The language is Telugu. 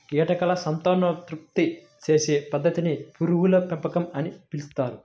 కీటకాల సంతానోత్పత్తి చేసే పద్ధతిని పురుగుల పెంపకం అని పిలుస్తారు